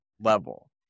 level